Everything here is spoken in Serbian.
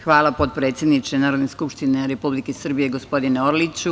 Hvala potpredsedniče Narodne skupštine Republike Srbije, gospodine Orliću.